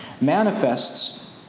manifests